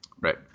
Right